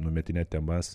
numetinėt temas